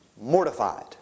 mortified